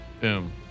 Boom